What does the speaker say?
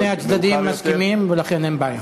שני הצדדים מסכימים, ולכן אין בעיה.